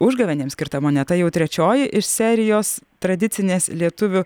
užgavėnėms skirta moneta jau trečioji iš serijos tradicinės lietuvių